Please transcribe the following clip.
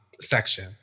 section